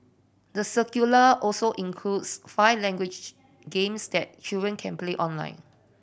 the curricula also includes five language games that children can play online